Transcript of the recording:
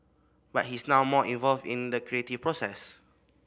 but he's now more involved in the creative process